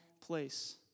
place